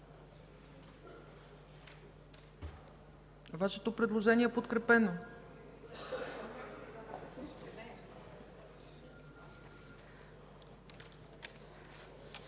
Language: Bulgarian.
Вашето предложение е подкрепено.